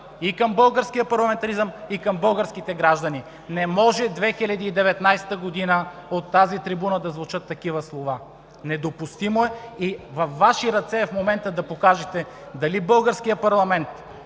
и към българския парламентаризъм, и към българските граждани! Не може в 2019 г. от тази трибуна да звучат такива слова! Недопустимо е! Във Ваши ръце е в момента да покажете дали българският парламент